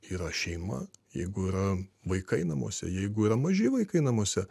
yra šeima jeigu yra vaikai namuose jeigu yra maži vaikai namuose